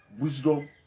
Wisdom